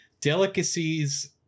delicacies